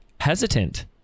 hesitant